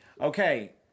Okay